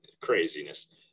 craziness